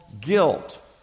guilt